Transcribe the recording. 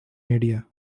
media